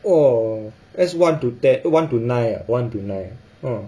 !wah! that's one to ten one to nine ah one to nine